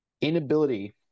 inability